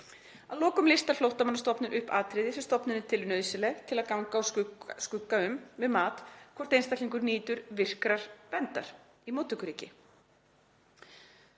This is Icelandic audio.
Að lokum listar Flóttamannastofnun upp atriði sem stofnunin telur nauðsynleg til að ganga úr skugga um við mat á hvort einstaklingur nýtur virkrar verndar í móttökuríki.“